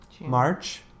March